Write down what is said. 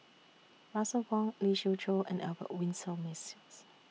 Russel Wong Lee Siew Choh and Albert Winsemius